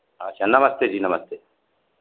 अच्छा नमस्ते जी नमस्ते